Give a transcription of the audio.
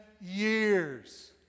years